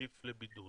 לבידוד